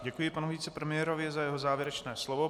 Děkuji panu vicepremiérovi za jeho závěrečné slovo.